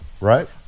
right